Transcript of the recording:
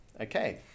Okay